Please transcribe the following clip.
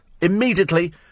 Immediately